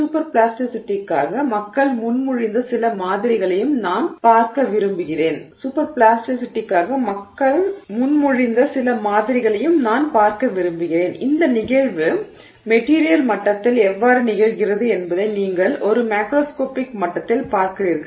super பிளாஸ்டிசிட்டிக்காக மக்கள் முன்மொழிந்த சில மாதிரிகளையும் நான் பார்க்க விரும்புகிறேன் இந்த நிகழ்வு மெட்டிரியல் மட்டத்தில் எவ்வாறு நிகழ்கிறது என்பதை நீங்கள் ஒரு மேக்ரோஸ்கோபிக் மட்டத்தில் பார்க்கிறீர்கள்